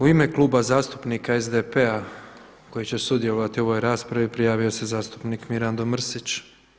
U ime Kluba zastupnika SDP-a koji će sudjelovati u raspravi prijavio se zastupnik Mirando Mrsić.